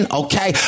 okay